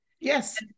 yes